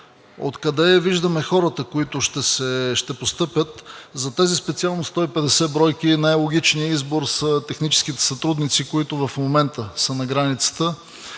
Откъде виждаме хората, които ще постъпят? За тези 150 бройки специално най-логичният избор са техническите сътрудници, които в момента са на границата.